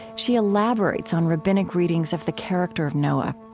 she elaborates on rabbinic readings of the character of noah.